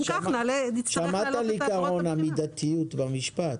יש מידתיות.